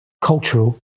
cultural